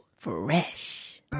Fresh